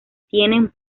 tienen